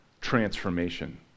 transformation